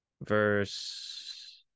verse